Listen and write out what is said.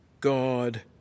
God